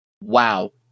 wow